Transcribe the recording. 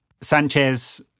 Sanchez